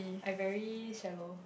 I very shallow